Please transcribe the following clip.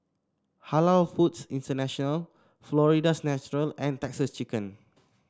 Halal Foods International Florida's Natural and Texas Chicken